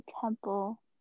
temple